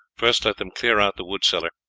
first let them clear out the wood-cellar.